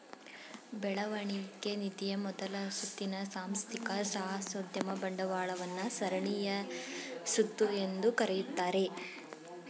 ಬೆಳವಣಿಗೆ ನಿಧಿಯ ಮೊದಲ ಸುತ್ತಿನ ಸಾಂಸ್ಥಿಕ ಸಾಹಸೋದ್ಯಮ ಬಂಡವಾಳವನ್ನ ಸರಣಿ ಎ ಸುತ್ತು ಎಂದು ಕರೆಯುತ್ತಾರೆ